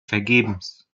vergebens